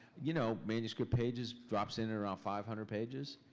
you know manuscript pages, drops in around five hundred pages.